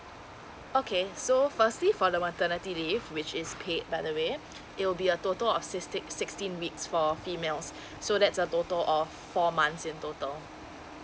okay so firstly for the maternity leave which is paid by the way it will be a total of sixtee~ sixteen weeks for females so that's a total of four months in total